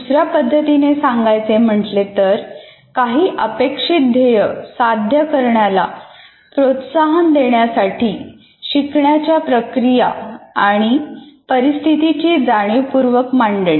दुसऱ्या पद्धतीने सांगायचे म्हटले तर काही अपेक्षित ध्येय साध्य करण्याला प्रोत्साहन देण्यासाठी शिकण्याच्या प्रक्रिया आणि परिस्थितीची जाणीवपूर्वक मांडणी